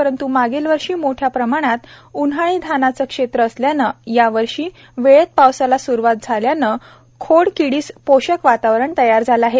परंतु मागील वर्षी मोठ्या प्रमाणात उन्हाळी धानाचे क्षेत्र असल्याने या वर्षी वेळेत पावसाला सुरुवात झाल्याने खोड किडीस पोषक वातावरण तयार झाले आहे